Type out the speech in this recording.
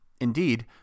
Indeed